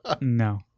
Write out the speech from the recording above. no